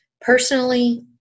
personally